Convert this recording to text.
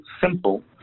simple